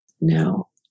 no